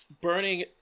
burning